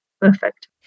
perfect